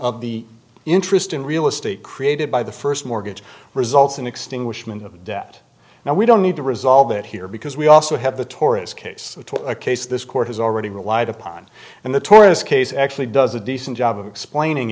of the interest in real estate created by the first mortgage results in extinguishment of debt now we don't need to resolve it here because we also have the tories case a case this court has already relied upon and the tourist case actually does a decent job of explaining